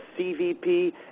CVP